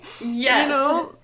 Yes